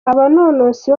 abanonotsi